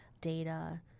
data